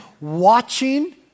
watching